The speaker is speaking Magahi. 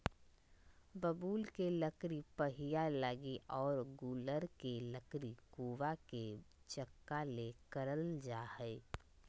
बबूल के लकड़ी पहिया लगी आरो गूलर के लकड़ी कुआ के चकका ले करल जा हइ